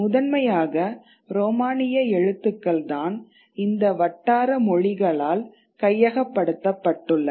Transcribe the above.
முதன்மையாக ரோமானிய எழுத்துக்கள் தான் இந்த வட்டாரமொழகளால் கையகப்படுத்தப்பட்டுள்ளன